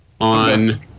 on